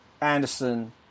Anderson